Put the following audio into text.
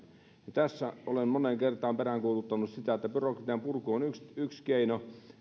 tässä olen moneen kertaan peräänkuuluttanut sitä että byrokratian purku on yksi yksi keino